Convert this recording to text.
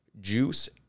juice